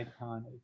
iconic